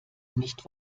nicht